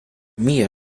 mia